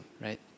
right